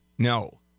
No